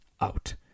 out